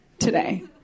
today